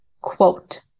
quote